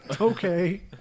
Okay